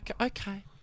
okay